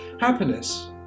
Happiness